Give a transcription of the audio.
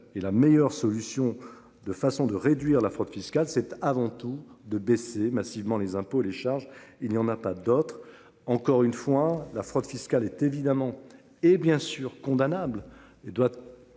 et la meilleure solution de façon de réduire la fraude fiscale, c'est avant tout de baisser massivement les impôts, les charges, il y en a pas d'autre encore une fois la fraude fiscale est évidemment hé bien sûr condamnable